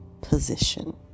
position